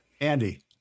Andy